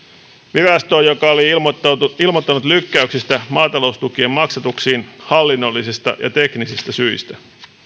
virastoon joka oli ilmoittanut lykkäyksistä maataloustukien maksatuksiin hallinnollisista ja teknisistä syistä